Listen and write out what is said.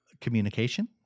Communication